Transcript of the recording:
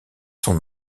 son